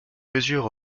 mesure